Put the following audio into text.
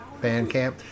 Bandcamp